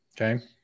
Okay